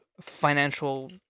financial